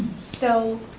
so